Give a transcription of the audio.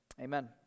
Amen